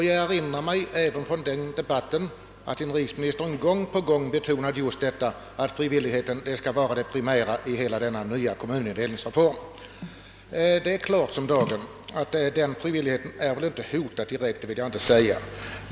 Jag erinrar mig också att inrikesministern under den debatten gång på gång betonade att frivilligheten skulle vara det primära i hela denna reform. Frivilligheten är väl inte direkt hotad.